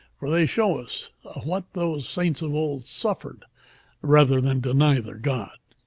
for they show us what those saints of old suffered rather than deny their god.